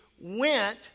went